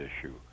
issue